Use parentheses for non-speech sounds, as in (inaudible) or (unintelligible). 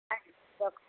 (unintelligible)